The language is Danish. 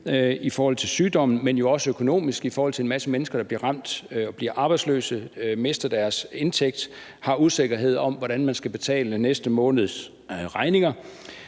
i forhold til sygdommen, men jo også økonomisk i forhold til en masse mennesker, der bliver ramt, bliver arbejdsløse, mister deres indtægt, og har usikkerhed om, hvordan man skal betale den næste måneds regninger.